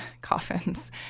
coffins